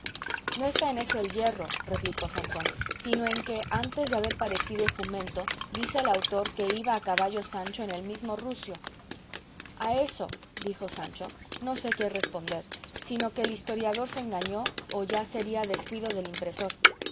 no está en eso el yerro replicó sansón sino en que antes de haber parecido el jumento dice el autor que iba a caballo sancho en el mesmo rucio a eso dijo sancho no sé qué responder sino que el historiador se engañó o ya sería descuido del impresor